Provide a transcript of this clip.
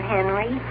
Henry